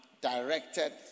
directed